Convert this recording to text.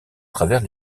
travers